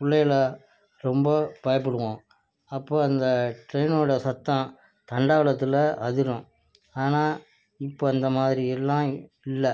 பிள்ளைல ரொம்ப பயப்படுவோம் அப்போது அந்த ட்ரெயினோடய சத்தம் தண்டவாளத்தில் அதிரும் ஆனால் இப்போது அந்த மாதிரியெல்லாம் இல்லை